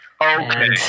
Okay